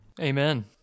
Amen